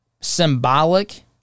symbolic